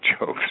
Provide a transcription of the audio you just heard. jokes